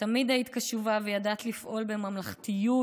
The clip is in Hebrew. ותמיד היית קשובה וידעת לפעול בממלכתיות,